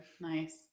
nice